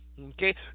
Okay